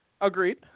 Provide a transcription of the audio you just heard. Agreed